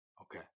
Okay